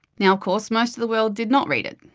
now of course, most of the world did not read it.